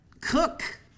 Cook